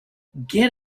get